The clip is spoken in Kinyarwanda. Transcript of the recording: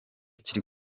kiri